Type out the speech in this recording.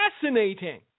fascinating